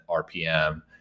RPM